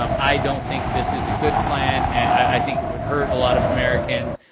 um i don't think this is a good plan, i think it would hurt a lot of americans.